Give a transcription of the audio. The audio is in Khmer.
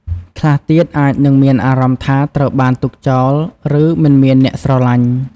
ខ្លះទៀតអាចនឹងមានអារម្មណ៍ថាត្រូវបានទុកចោល ឬមិនមានអ្នកស្រឡាញ់។